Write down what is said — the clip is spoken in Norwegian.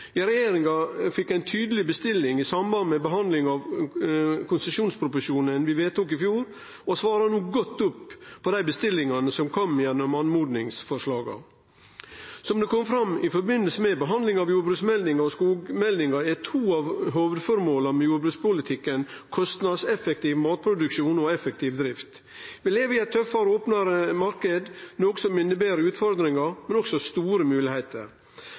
Regjeringa fekk ei tydeleg bestilling i samband med behandlinga av konsesjonsproposisjonen vi vedtok i fjor, og svarer no godt på dei bestillingane som kom gjennom oppmodingsforslaga. Som det kom fram i forbindelse med behandlinga av jordbruksmeldinga og skogmeldinga, er to av hovudformåla med jordbrukspolitikken kostnadseffektiv matproduksjon og effektiv drift. Vi lever i ein tøffare og opnare marknad, noko som inneber utfordringar, men også store